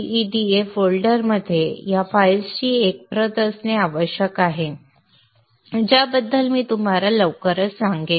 gEDA फोल्डरमध्ये या फाइल्सची एक प्रत असणे आवश्यक आहे ज्याबद्दल मी तुम्हाला लवकरच सांगेन